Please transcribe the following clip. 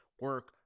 Work